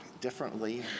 differently